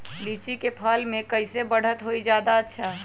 लिचि क फल म कईसे बढ़त होई जादे अच्छा?